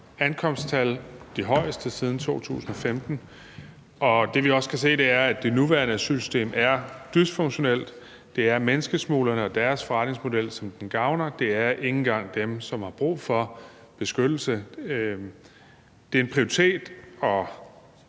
Det er en prioritet